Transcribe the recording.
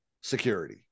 security